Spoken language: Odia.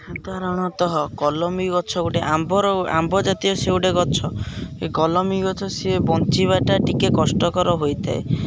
ସାଧାରଣତଃ କଲମୀ ଗଛ ଗୋଟେ ଆମ୍ବର ଆମ୍ବ ଜାତୀୟ ସିଏ ଗୋଟେ ଗଛ ଏ କଲମୀ ଗଛ ସିଏ ବଞ୍ଚିବାଟା ଟିକେ କଷ୍ଟକର ହୋଇଥାଏ